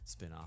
spinoff